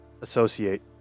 associate